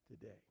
today